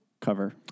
cover